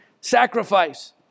sacrifice